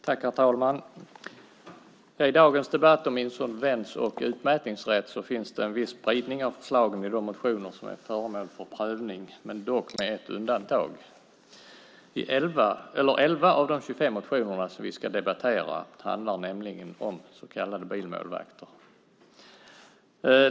Herr talman! I dagens debatt om insolvens och utmätningsrätt finns det en viss spridning av förslagen i de motioner som är föremål för prövning - dock med ett undantag. 11 av de 25 motionerna som vi ska debattera handlar nämligen om så kallade bilmålvakter.